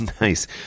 Nice